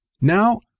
Now